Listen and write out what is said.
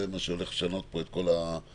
זה מה שהולך לשנות פה את כל --- לא,